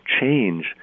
change